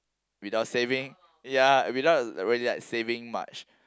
without saving ya without really like saving much